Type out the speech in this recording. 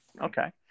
Okay